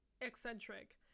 eccentric